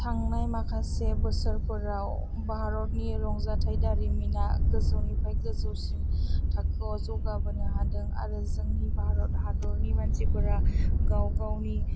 थांनाय माखासे बोसोरफोराव भारतनि रंजाथाइ दारिमिना गोजौनिफ्राय गोजौसिन थाखोआव जौगाबोनो हादों आरो जोंनि भारत हादरनि मानसिफोरा गाव गावनि